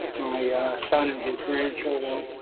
my son and his grandchildren,